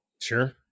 sure